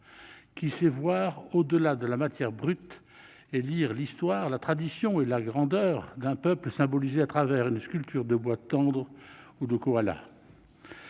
qui sait voir au-delà de la matière brute et lire l'histoire, la tradition ou la grandeur d'un peuple, qui est symbolisée au travers d'une sculpture de bois tendre et de kaolin.